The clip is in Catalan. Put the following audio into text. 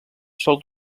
sol